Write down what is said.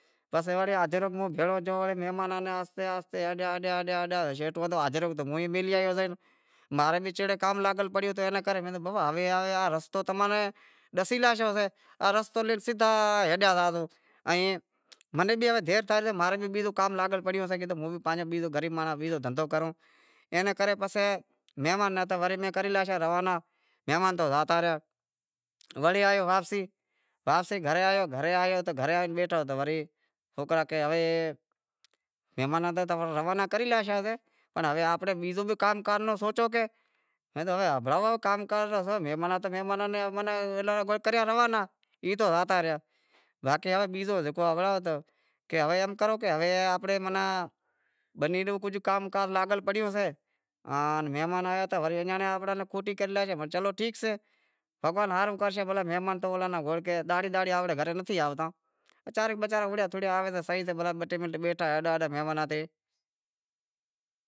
پسے وڑے جاجرو بھی موں بھیڑو تھیو، مہماناں ناں آہستے آہستے آہستے ہلیا شیٹو ہتو حاجرو تو موں ئی لایو شے ماں رے بھی چیڑے کام لاگل پڑیو سے تو بھائی رستو تو تماں نیں ڈسی لاتو شے ای رستو ڈے سدہا ہلیا زاشو ائیں مناں بھی دیر تھئی زاشے ماں رے بھی بیزو کام لاگل پڑیو سے، گریب مانڑاں بیزو دہندہو کروں۔ اینے کرے مہمان ہتا تو میں کری لاشا روانا مہمان تو زاتا رہیا وڑی آیو واپسی گھرے، گھرے آیو تو گھرے آئے بیٹھو تو سوکرا کہیں مہماناں ناں تاں تمیں روانا کری لاشا سے پر ہوے امیں بیزو بھی کام کرنڑ رو سوچو کی میں کہیو ہنبھڑائو کیہڑو کام سے، مہمان ہتا تو مہماناں ناں تو کریا روانا ای تو زاتا رہیا باقی بیزو جیکو ہنبھڑائو کی کام کرو ہوے ای آنپڑے ماناں بنی رو بھی کجھ کام کار لاگل پڑیو سے آن مہمان آیا ہتا ایئاں پنڑ امیں کھوٹی کرے لاشیا سے پر چلو ٹھیک سے بھگوان ہاروں کرشے بھلا مہمان تو دہاڑی دہاڑی تو امارے گھریں نتھی آوتاں پچارے پچارے اڑیا تھڑیا آویں تا بے تے منٹ بیٹھیا